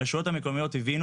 הרשויות המקומיות הבינו